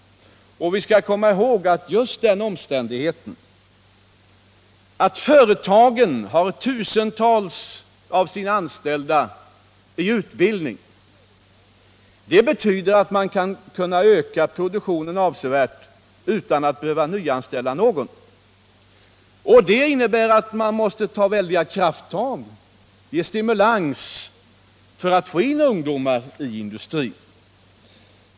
Och vi skall komma ihåg att just den omständigheten att företagen har tusentals av sina anställda i utbildning betyder att man kan öra produktionen avsevärt utan att behöva nyanställa någon. Det innebär att man måste ta väldiga krafttag och ge stimulans för att få in ungdomar i industrin.